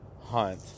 hunt